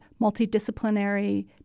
multidisciplinary